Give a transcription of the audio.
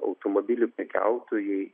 automobilių prekiautojai